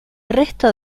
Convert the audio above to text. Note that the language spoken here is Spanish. resto